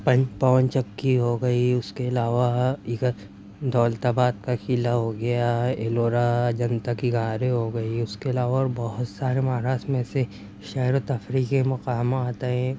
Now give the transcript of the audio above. پون چکّی ہو گئی اُس کے علاوہ دولت آباد کا قلعہ ہو گیا ایلورا اجنتا کی غاریں ہو گئیں اُس کے علاوہ اور بہت سارے مہاراشٹرا میں شیر و تفریح کے مقامات ہیں